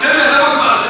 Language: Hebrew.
הטבות מס,